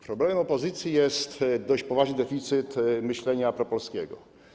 Problemem opozycji jest dość poważny deficyt myślenia propolskiego.